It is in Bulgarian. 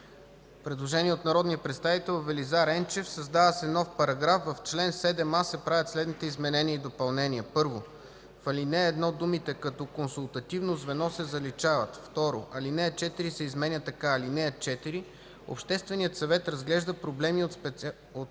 Предложение от народния представител Велизар Енчев: Създава се нов параграф: „§... В чл. 7а се правят следните изменения и допълнения: 1. В ал. 1 думите „като консултативно звено” се заличават. 2. Алинея 4 се изменя така: „(4) Общественият съвет разглежда проблеми от специалната